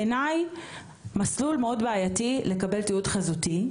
בעיניי זה מסלול מאוד בעייתי לקבלת תיעוד חזותי,